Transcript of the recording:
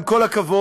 עם כל הכבוד,